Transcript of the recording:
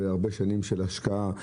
זה הרבה שנים של השקעה,